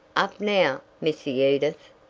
up now, missy edith.